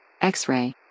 X-ray